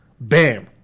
bam